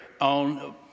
on